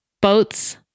Boats